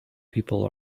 people